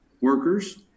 workers